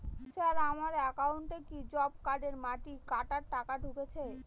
Sir আমার একাউন্টে কি জব কার্ডের মাটি কাটার টাকা ঢুকেছে?